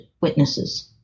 witnesses